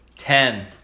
Ten